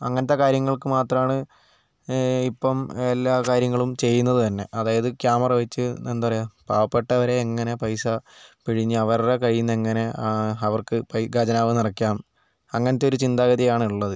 അങ്ങനത്തെ കാര്യങ്ങൾക്ക് മാത്രമാണ് ഇപ്പം എല്ലാ കാര്യങ്ങളും ചെയ്യുന്നത് തന്നെ അതായത് ക്യാമറ വച്ച് എന്താ പറയുക പാവപ്പെട്ടവരെ എങ്ങനെ പൈസ പിഴിഞ്ഞ് അവരുടെ കയ്യിൽനിന്ന് എങ്ങനെ അവർക്ക് ഖജനാവ് നിറയ്ക്കാം അങ്ങനത്തെ ഒരു ചിന്താഗതിയാണ് ഉള്ളത്